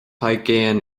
aigéan